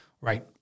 Right